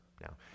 Now